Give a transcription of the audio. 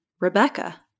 Rebecca